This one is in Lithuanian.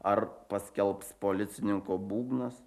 ar paskelbs policininko būgnas